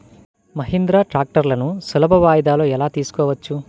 మహీంద్రా ట్రాక్టర్లను సులభ వాయిదాలలో ఎలా తీసుకోవచ్చు?